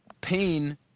Pain